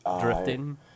Drifting